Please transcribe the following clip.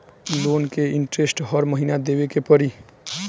Loan के interest हर महीना देवे के पड़ी?